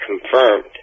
confirmed